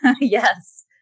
Yes